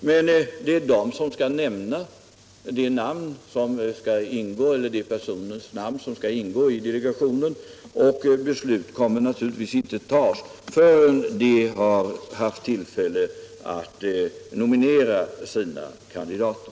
Det är de lokala organisationerna som = strin skall nämna de personer som skall ingå i delegationen. Beslut kommer naturligtvis inte att tas förrän de haft tillfälle att nominera sina kandidater.